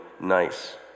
nice